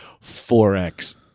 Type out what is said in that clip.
forex